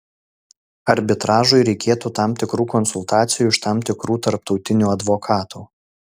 arbitražui reikėtų tam tikrų konsultacijų iš tam tikrų tarptautinių advokatų